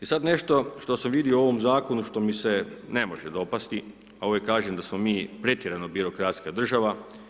E sad nešto što sam vidio u ovom zakonu, što mi se ne može dopasti a uvijek kažem da smo mi pretjerano birokratska država.